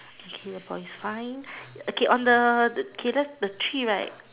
okay the boy is fine okay on the okay the the tree right